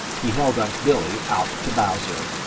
he held unc' billy out to bowser,